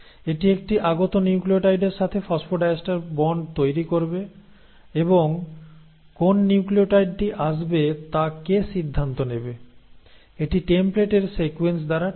এটি একটি আগত নিউক্লিওটাইডের সাথে ফসফোডাইএস্টার বন্ড তৈরি করবে এবং কোন নিউক্লিওটাইডটি আসবে তা কে সিদ্ধান্ত নেবে এটি টেমপ্লেটের সিকোয়েন্স দ্বারা ঠিক হয়